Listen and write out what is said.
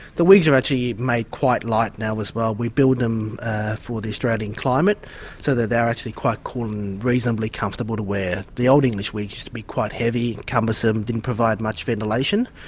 the wigs are actually made quite light now as well we build them for the australian climate so that they're actually quite cool and reasonably comfortable to wear. the old english wigs used to be quite heavy, cumbersome, didn't provide much ventilation,